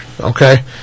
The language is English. okay